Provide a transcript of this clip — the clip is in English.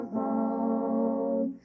home